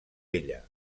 ella